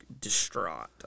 distraught